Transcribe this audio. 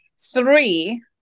three